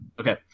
Okay